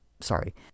Sorry